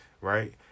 Right